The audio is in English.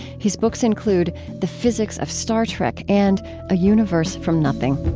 his books include the physics of star trek and a universe from nothing